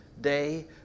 day